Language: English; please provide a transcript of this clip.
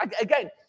again